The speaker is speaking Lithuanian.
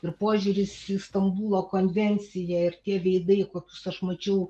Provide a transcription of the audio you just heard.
ir požiūris į stambulo konvenciją ir tie veidai kokius aš mačiau